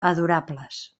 adorables